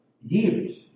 years